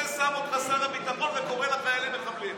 הוא שם אותך שר הביטחון וקורא לחיילים "מחבלים".